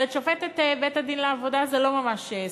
אבל את שופטת בית-הדין לעבודה זה לא ממש סיפק.